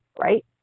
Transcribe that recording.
Right